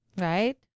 Right